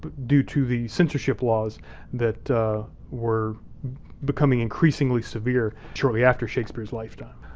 but due to the censorship laws that were becoming increasingly severe shortly after shakespeare's lifetime.